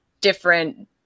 different